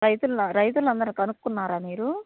రైతులు రైతులు అందరిని కనుక్కున్నారా మీరు